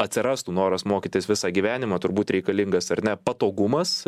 atsirastų noras mokytis visą gyvenimą turbūt reikalingas ar ne patogumas